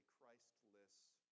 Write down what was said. Christless